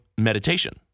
meditation